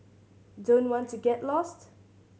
don't want to get lost